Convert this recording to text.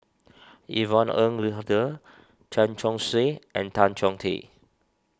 Yvonne Ng Uhde Chen Chong Swee and Tan Chong Tee